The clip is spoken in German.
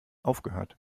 aufgehört